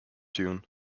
tune